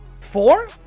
four